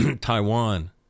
Taiwan